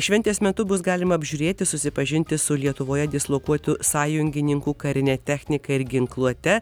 šventės metu bus galima apžiūrėti susipažinti su lietuvoje dislokuotų sąjungininkų karine technika ir ginkluote